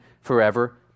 forever